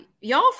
y'all